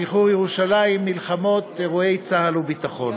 שחרור ירושלים, מלחמות, אירועי צה"ל וביטחון.